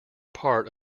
part